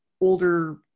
older